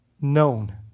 known